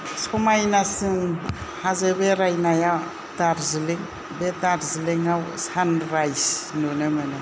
समायनासिन हाजो बेरायनाया दार्जिलीं बे दार्जिलींआव सानरायज नुनो मोनो